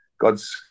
God's